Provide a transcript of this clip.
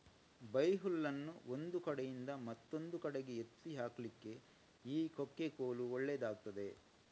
ಬೈಹುಲ್ಲನ್ನು ಒಂದು ಕಡೆಯಿಂದ ಮತ್ತೊಂದು ಕಡೆಗೆ ಎತ್ತಿ ಹಾಕ್ಲಿಕ್ಕೆ ಈ ಕೊಕ್ಕೆ ಕೋಲು ಒಳ್ಳೇದಾಗ್ತದೆ